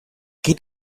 geht